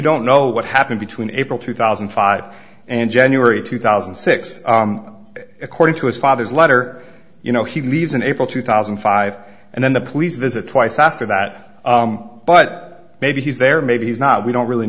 don't know what happened between april two thousand and five and january two thousand and six according to his father's letter you know he leaves in april two thousand and five and then the police visit twice after that but maybe he's there maybe he's not we don't really